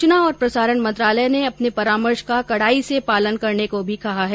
सूचना और प्रसारण मंत्रालय ने अपने परामर्श का कड़ाई से पालन करने को भी कहा है